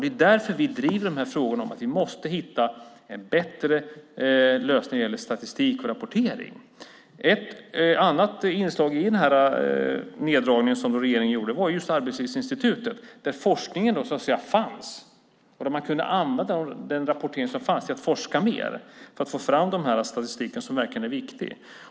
Det är därför vi driver frågorna om att vi måste hitta en bättre lösning för statistik och rapportering. Ett annat inslag i den neddragning som regeringen gjorde var just Arbetslivsinstitutet, där forskningen fanns. Där kunde man använda den rapportering som fanns för att forska mer och på så sätt få fram den statistik som verkligen är viktig.